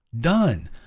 Done